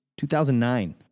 2009